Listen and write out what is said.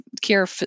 care